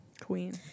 Queen